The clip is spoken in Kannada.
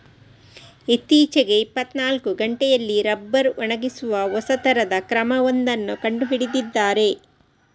ಇತ್ತೀಚೆಗೆ ಇಪ್ಪತ್ತನಾಲ್ಕು ಗಂಟೆಯಲ್ಲಿ ರಬ್ಬರ್ ಒಣಗಿಸುವ ಹೊಸ ತರದ ಕ್ರಮ ಒಂದನ್ನ ಕಂಡು ಹಿಡಿದಿದ್ದಾರೆ